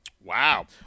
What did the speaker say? wow